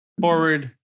forward